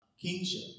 kingship